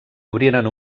obriren